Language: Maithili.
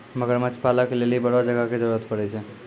मगरमच्छ पालै के लेली बड़ो जगह के जरुरत पड़ै छै